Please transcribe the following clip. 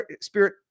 Spirit